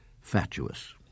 fatuous